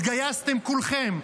התגייסתם כולכם,